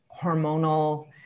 hormonal